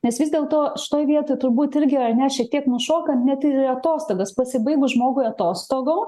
nes vis dėlto šitoj vietoj turbūt irgi ar ne šiek tiek nušokant net ir atostogas pasibaigus žmogui atostogų